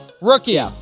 Rookie